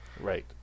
Right